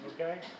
okay